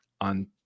on